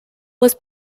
was